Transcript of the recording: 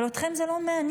אבל אתכם זה לא מעניין.